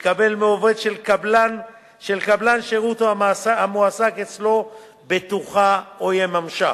שיקבל מעובד של קבלן שירות המועסק אצלו בטוחה או יממשה.